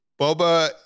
Boba